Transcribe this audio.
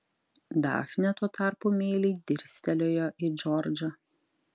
dafnė tuo tarpu meiliai dirstelėjo į džordžą